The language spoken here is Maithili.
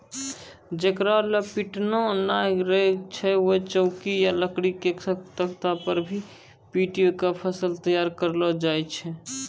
जेकरा लॅ पिटना नाय रहै छै वैं चौकी या लकड़ी के तख्ता पर भी पीटी क फसल तैयार करी लै छै